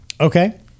Okay